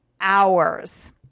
hours